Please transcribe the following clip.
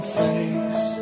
face